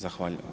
Zahvaljujem.